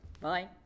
bye